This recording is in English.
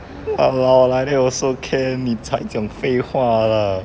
!walao! like that also can 你才讲废话 lah